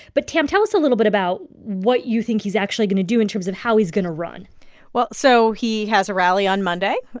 but, tam, tell us a little bit about what you think he's actually going to do in terms of how he's going to run well so he has a rally on monday.